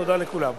תודה לכולם.